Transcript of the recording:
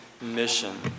mission